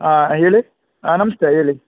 ಆಂ ಹೇಳಿ ಹಾಂ ನಮಸ್ತೆ ಹೇಳಿ